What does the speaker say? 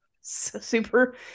Super